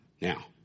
Now